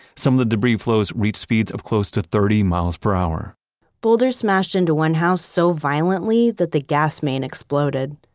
some of the debris flows reached speeds close to thirty miles per hour boulders smashed into one house so violently that the gas main exploded.